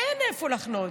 אין איפה לחנות.